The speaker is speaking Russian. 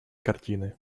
картины